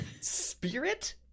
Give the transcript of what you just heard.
spirit